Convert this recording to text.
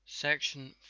Section